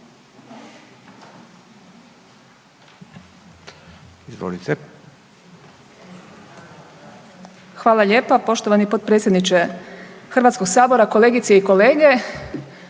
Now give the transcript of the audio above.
(GLAS)** Hvala lijepo poštovani potpredsjedniče Hrvatskog sabora, poštovana kolegice.